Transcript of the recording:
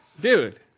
Dude